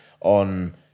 on